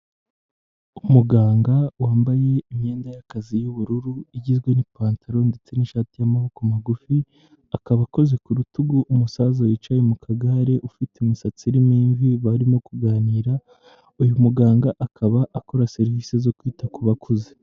Umuganga wambaye imyenda y'akazi y'ubururu, igizwe n'ipantaro ndetse n'ishati y'amaboko magufi, akaba akoze ku rutugu umusaza wicaye mu kagare, ufite imisatsi irimo imvi, barimo kuganira, uyu muganga akaba akora serivise zo kwita ku bakuze.